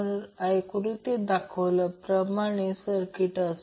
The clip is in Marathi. तर 50 10 6 2π 100